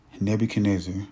Nebuchadnezzar